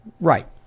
Right